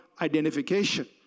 identification